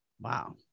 Wow